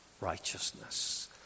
righteousness